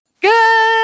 Good